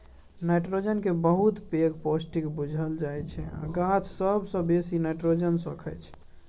nitrogen केँ बहुत पैघ पौष्टिक बुझल जाइ छै गाछ सबसँ बेसी नाइट्रोजन सोखय छै